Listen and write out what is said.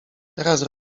teraz